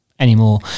Anymore